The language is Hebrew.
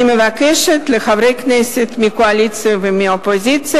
אני מבקשת מחברי הכנסת מהקואליציה ומהאופוזיציה